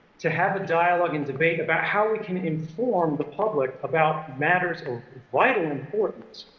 to have a dialogue and debate about how we can inform the public about matters of vital importance